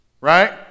right